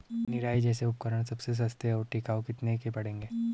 निराई जैसे उपकरण सबसे सस्ते और टिकाऊ कितने के पड़ेंगे?